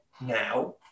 now